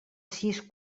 sis